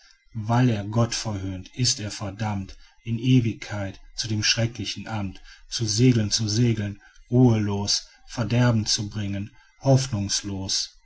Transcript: weil er gott verhöhnt ist er verdammt in ewigkeit zu dem schrecklichen amt zu segeln zu segeln ruhelos verderben zu bringen hoffnungslos